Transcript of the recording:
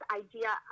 idea